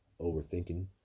overthinking